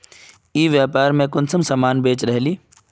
ई व्यापार में कुंसम सामान बेच रहली?